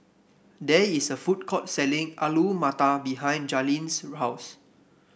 there is a food court selling Alu Matar behind Jalynn's house